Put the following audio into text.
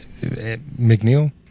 McNeil